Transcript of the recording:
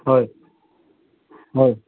হয় হয়